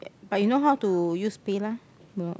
but you know how to use PayLah no